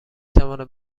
تواند